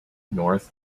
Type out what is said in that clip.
north